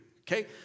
Okay